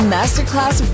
Masterclass